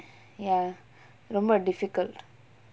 ya ரொம்ப:romba difficult